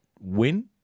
win